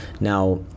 Now